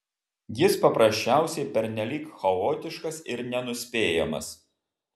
jis paprasčiausiai pernelyg chaotiškas ir nenuspėjamas